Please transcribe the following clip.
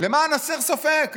למען הסר ספק,